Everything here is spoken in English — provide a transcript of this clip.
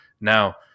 Now